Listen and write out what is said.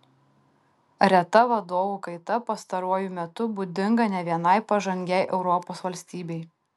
reta vadovų kaita pastaruoju metu būdinga ne vienai pažangiai europos valstybei